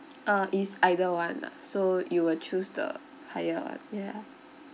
uh is either one lah so you will choose the higher one ya